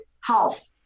health